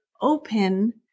open